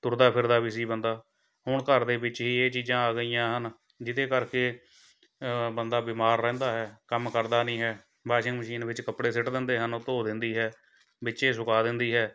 ਤੁਰਦਾ ਫਿਰਦਾ ਵੀ ਸੀ ਬੰਦਾ ਹੁਣ ਘਰ ਦੇ ਵਿੱਚ ਹੀ ਇਹ ਚੀਜ਼ਾਂ ਆ ਗਈਆ ਹਨ ਜਿਹਦੇ ਕਰਕੇ ਬੰਦਾ ਬਿਮਾਰ ਰਹਿੰਦਾ ਹੈ ਕੰਮ ਕਰਦਾ ਨਹੀਂ ਹੈ ਵਾਸ਼ਿੰਗ ਮਸ਼ੀਨ ਵਿੱਚ ਕੱਪੜੇ ਸਿੱਟ ਦਿੰਦੇ ਹਨ ਉਹ ਧੋ ਦਿੰਦੀ ਹੈ ਵਿੱਚੇ ਸੁੱਕਾ ਦਿੰਦੀ ਹੈ